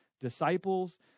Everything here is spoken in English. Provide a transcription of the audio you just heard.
disciples